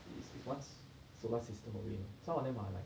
is is once solar system away some of them are like